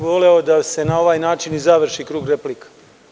Voleo bih da se na ovaj način i završi krug replika.